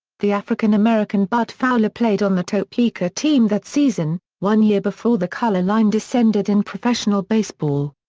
the african-american bud fowler played on the topeka team that season, one year before the color line descended in professional baseball.